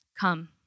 Come